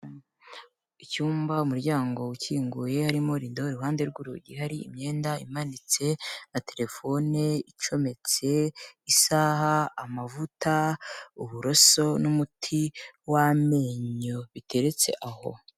Icyumba, umuryango ukinguye harimo rinde iruhande rw'urugi hari imyenda imanitse na telefone icometse, isaha, amavuta, uburoso n'umuti w'amenyo biteretse aho.